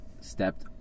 stepped